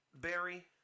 Barry